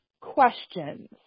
questions